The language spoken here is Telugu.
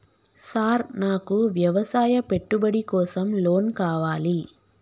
సార్ నాకు వ్యవసాయ పెట్టుబడి కోసం లోన్ కావాలి?